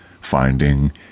finding